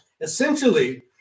Essentially